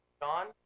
John